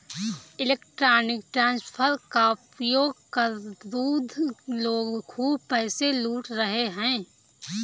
electronic transfer का उपयोग कर धूर्त लोग खूब पैसे लूट रहे हैं